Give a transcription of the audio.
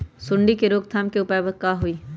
सूंडी के रोक थाम के उपाय का होई?